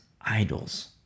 idols